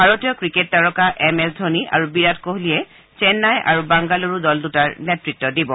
ভাৰতীয় ক্ৰিকেট তাৰকা M S Dhoni আৰু বিৰাট কোহলীয়ে চেন্নাই আৰু বাংগালুৰু দল দুটাৰ নেত়ত্ব দিব